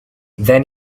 then